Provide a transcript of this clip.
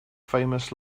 famous